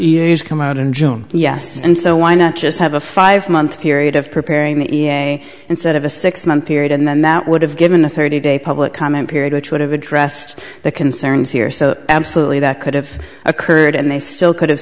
and come out in june yes and so why not just have a five month period of preparing the e a a instead of a six month period and then that would have given a thirty day public comment period which would have addressed the concerns here so absolutely that could have occurred and they still could have